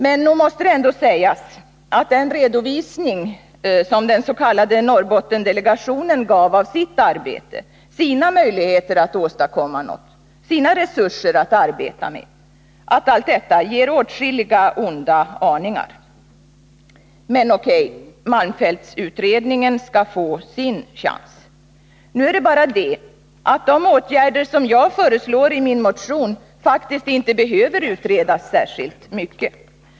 Men nog måste det ändå sägas att den redovisning den s.k. Norrbottendelegationen gav av sitt arbete, sina möjligheter att åstadkomma något och sina resurser att arbeta med, ger åtskilliga onda aningar. Men O.K., malmfältsutredningen skall få sin chans. Nu är det bara det, att de åtgärder jag föreslår i min motion faktiskt inte behöver utredas särskilt mycket.